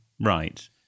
Right